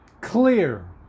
clear